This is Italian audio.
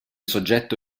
soggetto